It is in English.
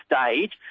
stage